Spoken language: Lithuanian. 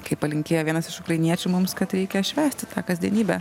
kaip palinkėjo vienas iš ukrainiečių mums kad reikia švęsti tą kasdienybę